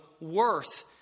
worth